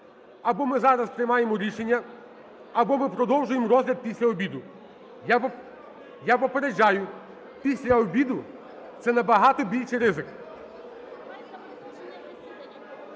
Або ми зараз приймаємо рішення, або ми продовжуємо розгляд після обіду. Я попереджаю, після обіду – це набагато більший ризик.